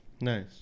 nice